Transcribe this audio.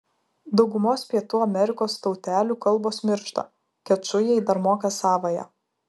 daugumos pietų amerikos tautelių kalbos miršta kečujai dar moka savąją